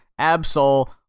Absol